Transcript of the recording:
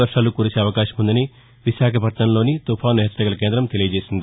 వర్వాలు కురిసే అవకాశముందని విశాఖ పట్షణంలోని తుపాను హెచ్చరికల కేంద్రం తెలియచేసింది